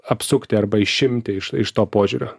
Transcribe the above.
apsukti arba išimti iš iš to požiūrio